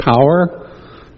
power